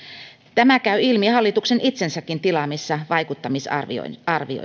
tämä käy ilmi hallituksen itsensäkin tilaamista vaikuttamisarvoista